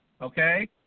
okay